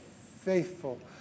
faithful